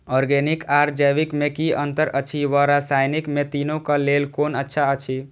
Organic आर जैविक में कि अंतर अछि व रसायनिक में तीनो क लेल कोन अच्छा अछि?